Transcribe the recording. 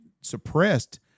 suppressed